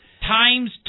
times